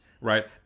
Right